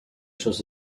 shows